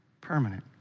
permanent